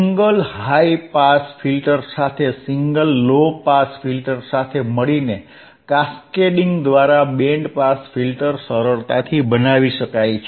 single high pass filter સાથે single low pass filter સાથે મળીને કેસ્કેડીંગ દ્વારા બેન્ડ પાસ ફિલ્ટર સરળતાથી બનાવી શકાય છે